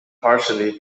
partially